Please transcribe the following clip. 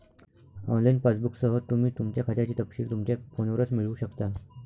online पासबुकसह, तुम्ही तुमच्या खात्याचे तपशील तुमच्या फोनवरच मिळवू शकता